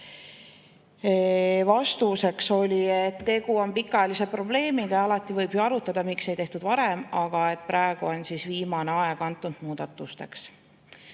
Vastus oli, et tegu on pikaajalise probleemiga ja alati võib ju arutada, miks ei tehtud varem, aga praegu on viimane aeg antud muudatus teha.